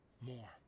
more